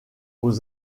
aux